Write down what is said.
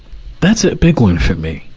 that's a big one for me.